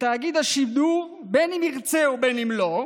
לתאגיד השידור, בין שנרצה ובין שלא,